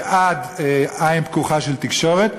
בעד עין פקוחה של התקשורת,